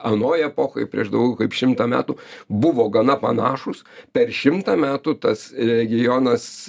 anoj epochoj prieš daugiau kaip šimtą metų buvo gana panašūs per šimtą metų tas regionas